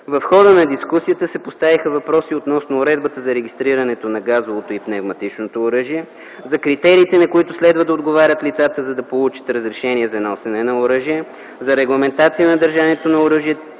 В хода на дискусията се поставиха въпроси относно уредбата на регистрирането на газовото и пневматичното оръжие, за критериите, на които следва да отговарят лицата, за да получат разрешение за носене на оръжие, за регламентация на държането на оръжие